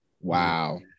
Wow